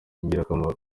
ingirakamaro